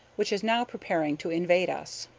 which is now preparing to invade us.